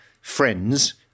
friends